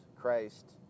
Christ